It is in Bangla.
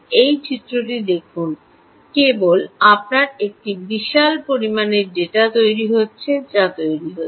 এই চিত্রটি দেখুন কেবল আপনার একটি বিশাল পরিমাণের ডেটা তৈরি হচ্ছে যা তৈরি হচ্ছে